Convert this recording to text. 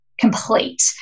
complete